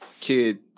kid